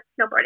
snowboarding